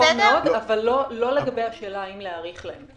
נכון מאוד, אבל לא לגבי השאלה האם להאריך להם.